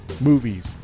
movies